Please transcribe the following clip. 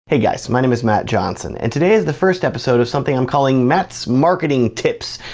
hey guys, my name is matt johnson and today is the first episode of something i'm calling matt's marketing tips.